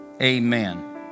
Amen